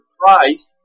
Christ